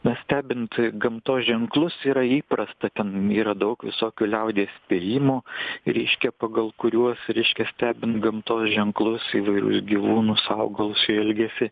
na stebint gamtos ženklus yra įprasta ten yra daug visokių liaudies spėjimų reiškia pagal kuriuos reiškias stebint gamtos ženklus įvairius gyvūnus augalus jų ilgesį